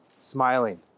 smiling